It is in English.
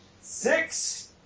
Six